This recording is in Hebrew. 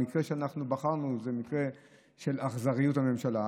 המקרה שאנחנו בחרנו זה מקרה של אכזריות של הממשלה.